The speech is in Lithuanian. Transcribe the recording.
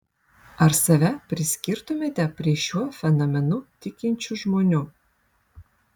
ar save priskirtumėte prie šiuo fenomenu tikinčių žmonių